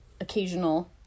occasional